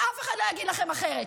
ואף אחד לא יגיד לכם אחרת.